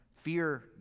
fear